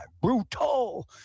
brutal